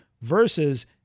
versus